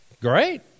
great